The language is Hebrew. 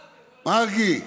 מרגי,